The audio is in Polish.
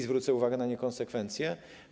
Zwrócę też uwagę na niekonsekwencje.